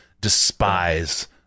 despise